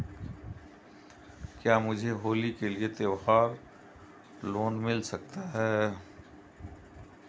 क्या मुझे होली के लिए त्यौहार लोंन मिल सकता है?